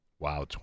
Wow